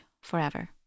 forever